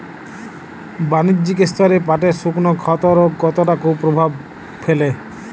বাণিজ্যিক স্তরে পাটের শুকনো ক্ষতরোগ কতটা কুপ্রভাব ফেলে?